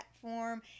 platform